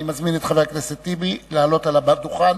אני מזמין את חבר הכנסת טיבי לעלות על הדוכן